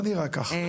לא נראה ככה.